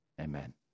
Amen